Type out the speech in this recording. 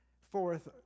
fourth